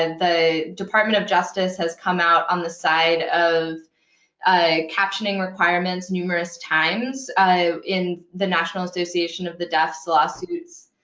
and the department of justice has come out on the side of ah captioning requirements numerous times in the national association of the deaf's lawsuits.